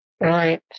right